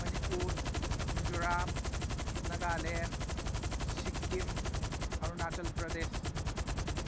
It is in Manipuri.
ꯃꯅꯤꯄꯨꯔ ꯃꯤꯖꯣꯔꯥꯝ ꯅꯥꯒꯥꯂꯦꯟ ꯁꯤꯀꯤꯝ ꯑꯥꯔꯨꯅꯥꯆꯜ ꯄ꯭ꯔꯗꯦꯁ